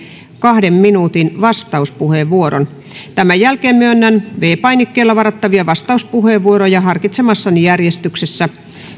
kahden minuutin vastauspuheenvuoron tämän jälkeen myönnän viidennellä painikkeella varattavia vastauspuheenvuoroja harkitsemassani järjestyksessä